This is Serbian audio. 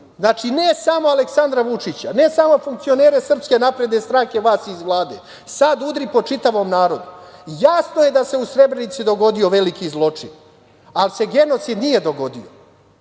Znači, ne samo Aleksandra Vučića, ne samo funkcionere SNS, vas iz Vlade, sada udari po čitavom narodu. Jasno je da se u Srebrenici dogodio veliki zločin, ali se genocid nije dogodio.